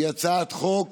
היא הצעת חוק